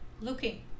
looking